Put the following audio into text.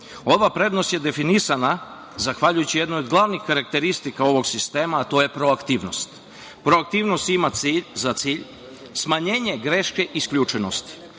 prednost je definisana zahvaljujući jednoj od glavnih karakteristika ovog sistema, a to je proaktivnost. Proaktivnost ima za cilj smanjenje greške isključenosti.